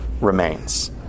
remains